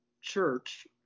church